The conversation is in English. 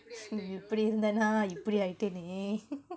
please எப்படி இருந்த நா இப்படி ஆயிட்டேனே:eppadi iruntha naa ippadi aayittaenae